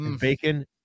bacon